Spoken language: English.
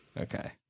Okay